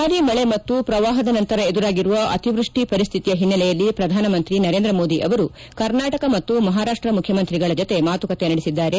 ಭಾರಿ ಮಳೆ ಮತ್ತು ಪ್ರವಾಪದ ನಂತರ ಎದುರಾಗಿರುವ ಅತಿವ್ಯಷ್ಟಿ ಪರಿಶ್ಠಿತಿಯ ಹಿನ್ನೆಲೆಯಲ್ಲಿ ಪ್ರಧಾನಮಂತ್ರಿ ನರೇಂದ್ರ ಮೋದಿ ಅವರು ಕರ್ನಾಟಕ ಮತ್ತು ಮಹಾರಾಷ್ಟ ಮುಖ್ಯಮಂತ್ರಿಗಳ ಜತೆ ಮಾತುಕತೆ ನಡೆಸಿದ್ದಾರೆ